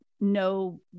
no